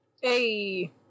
Hey